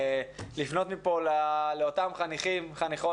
אני רוצה לפנות מכאן לאותם חניכים וחניכות